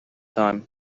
time